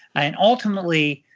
and ultimately,